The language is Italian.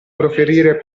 proferire